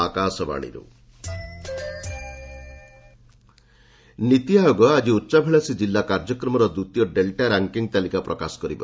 ନୀତି ର୍ୟାଙ୍କିଙ୍ଗ୍ ନୀତି ଆୟୋଗ ଆଜି ଉଚ୍ଚାଭିଳାଷୀ ଜିଲ୍ଲା କାର୍ଯ୍ୟକ୍ରମର ଦ୍ୱିତୀୟ ଡେଲ୍ଟା ର୍ୟାଙ୍କିଙ୍ଗ୍ ତାଲିକା ପ୍ରକାଶ କରିବ